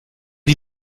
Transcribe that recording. die